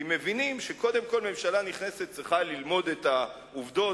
כי מבינים שקודם כול ממשלה נכנסת צריכה ללמוד את העובדות.